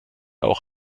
auch